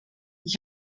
ich